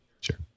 Sure